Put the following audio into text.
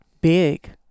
big